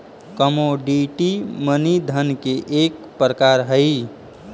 commodity money धन के एक प्रकार हई